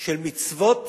של מצוות